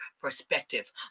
perspective